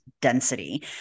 density